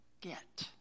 get